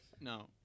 No